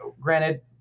Granted